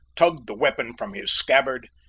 tugged the weapon from his scabbard,